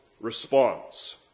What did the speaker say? response